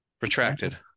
Retracted